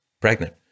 pregnant